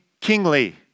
kingly